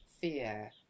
fear